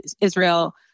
Israel